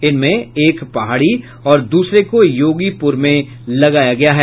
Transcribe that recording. इनमें एक पहाड़ी और दूसरे को योगीपुर में लगाया गया है